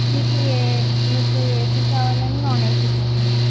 మీకు ఏ మీకు ఏసీ కావాలాండి నాన్ ఏసీ కావాలా